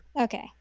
okay